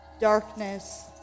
darkness